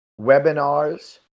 webinars